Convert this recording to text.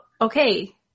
okay